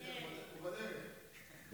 הוא בדרך.